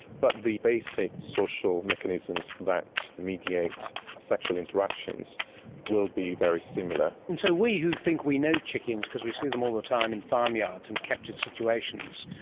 but the basic social mechanisms that mediate sexual interactions will be very similar. and so we who think we know chickens because we see them all the time in farmyards and captured situations,